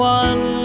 one